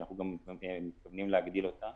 אנחנו גם מתכוונים להגדיל אותה